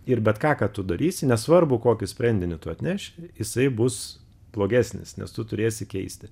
ir bet ką ką tu darysi nesvarbu kokius sprendinį tu atneši jisai bus blogesnis nes tu turėsi keisti